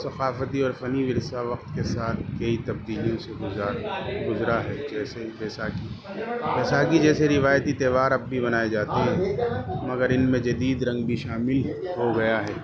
ثقافتی اور فنی ورثہ وقت کے ساتھ کئی تبدیلیوں سے گزرا ہے جیسے جیسا کہ بیساکھی جیسے روایتی تہوار اب بھی منائے جاتے ہیں مگر ان میں جدید رنگ بھی شامل ہو گیا ہے